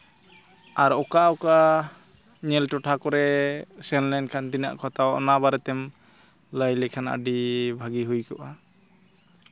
ᱟᱨ ᱚᱠᱟ ᱚᱠᱟ ᱧᱮᱞ ᱴᱚᱴᱷᱟ ᱠᱚᱨᱮᱜ ᱥᱮᱱ ᱞᱮᱱᱠᱷᱟᱱ ᱛᱤᱱᱟᱹᱜ ᱠᱚ ᱦᱟᱛᱟᱣᱟ ᱚᱱᱟ ᱵᱟᱨᱮᱛᱮᱢ ᱞᱟᱹᱭ ᱞᱮᱠᱷᱟᱱ ᱦᱟᱸᱜ ᱟᱹᱰᱤ ᱵᱷᱟᱹᱜᱤ ᱦᱩᱭ ᱠᱚᱜᱼᱟ